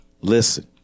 Listen